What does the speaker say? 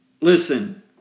Listen